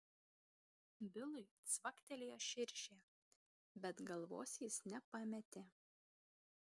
bilui cvaktelėjo širšė bet galvos jis nepametė